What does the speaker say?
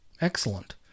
Excellent